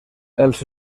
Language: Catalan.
els